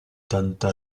tanta